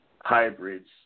Hybrids